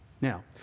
Now